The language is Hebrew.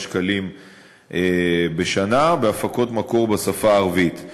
שקלים בשנה להפקות מקור בשפה הערבית.